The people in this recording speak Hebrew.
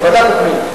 ועדת הפנים.